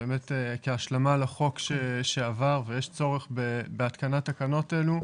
כהשלמה לחוק שעבר ויש צורך בהתקנת תקנות אלו.